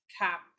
cap